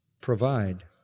provide